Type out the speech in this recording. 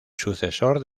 sucesor